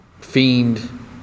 fiend